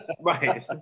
Right